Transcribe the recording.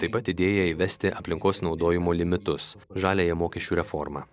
taip pat idėją įvesti aplinkos naudojimo limitus žaliąją mokesčių reformą